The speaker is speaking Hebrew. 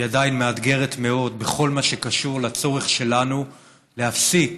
היא עדיין מאתגרת מאוד בכל מה שקשור לצורך שלנו להפסיק,